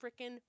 Frickin